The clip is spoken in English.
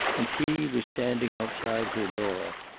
and he was standing outside her door.